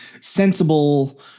sensible